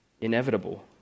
inevitable